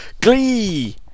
Glee